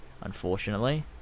unfortunately